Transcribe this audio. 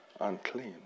unclean